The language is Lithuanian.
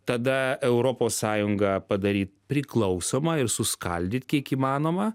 tada europos sąjungą padaryt priklausomą ir suskaldyt kiek įmanoma